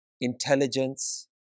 intelligence